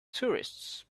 tourists